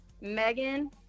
Megan